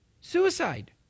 suicide